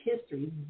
history